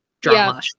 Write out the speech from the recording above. drama